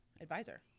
advisor